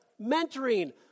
mentoring